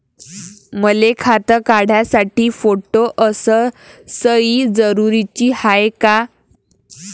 मले खातं काढासाठी फोटो अस सयी जरुरीची हाय का?